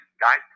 guys